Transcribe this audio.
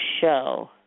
show